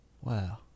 Wow